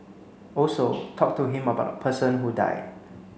also talk to him about the person who died